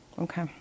Okay